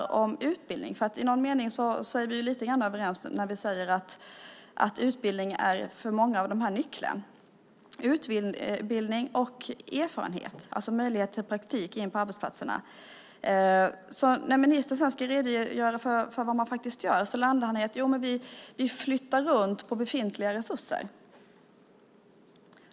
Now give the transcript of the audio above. I någon mening är vi lite överens när du säger att utbildning är nyckeln för många av dessa, det vill säga utbildning och erfarenhet, alltså möjlighet till praktik inne på arbetsplatserna. När ministern sedan ska redogöra för vad man faktiskt gör landar han i detta: Jo, men vi flyttar runt på befintliga resurser.